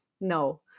No